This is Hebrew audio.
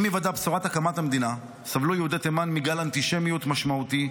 עם היוודע בשורת הקמת המדינה סבלו יהודי תימן מגל אנטישמיות משמעותי,